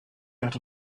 out